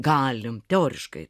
galim teoriškai